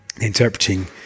interpreting